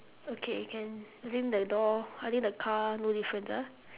okay can I think the door I think the car no difference ah